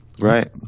Right